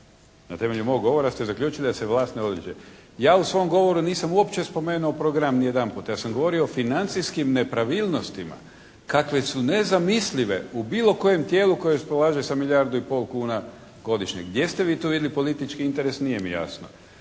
Na temelju mog govora ste zaključili da se vlast ne odriče? Ja u svom govoru nisam uopće spomenuo program ni jedanput. Ja sam govorio o financijskim nepravilnostima kakve su nezamislive u bilo kojem tijelu koje raspolaže sa milijardu i pol kuna godišnje. Gdje ste vi tu vidjeli politički interes nije mi jasno.